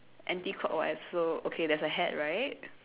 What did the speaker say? anti clockwise so okay there's a hat right